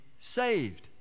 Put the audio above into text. saved